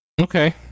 Okay